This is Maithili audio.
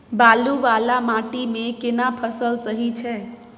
बालू वाला माटी मे केना फसल सही छै?